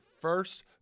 first